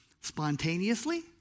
spontaneously